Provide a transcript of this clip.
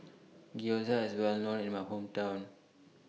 Gyoza IS Well known in My Hometown